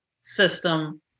system